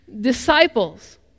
disciples